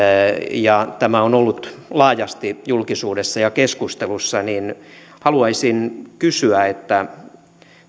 ja tämä on ollut laajasti julkisuudessa ja keskustelussa haluaisin kysyä että